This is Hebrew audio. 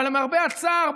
אבל למרבה הצער,